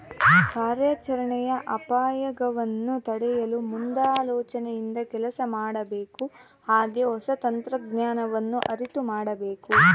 ಕಾರ್ಯಾಚರಣೆಯ ಅಪಾಯಗವನ್ನು ತಡೆಯಲು ಮುಂದಾಲೋಚನೆಯಿಂದ ಕೆಲಸ ಮಾಡಬೇಕು ಹಾಗೆ ಹೊಸ ತಂತ್ರಜ್ಞಾನವನ್ನು ಅರಿತು ಮಾಡಬೇಕು